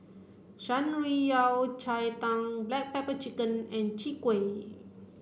Shan Rui Yao Cai Tang black pepper chicken and Chwee Kueh